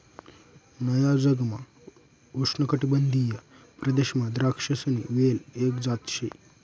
नया जगमा उष्णकाटिबंधीय प्रदेशमा द्राक्षसनी वेल एक जात शे